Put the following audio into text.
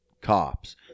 cops